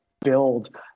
build